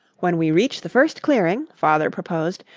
when we reach the first clearing, father proposed,